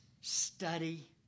study